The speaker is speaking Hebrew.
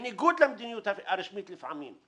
לפעמים בניגוד למדיניות הרשמית.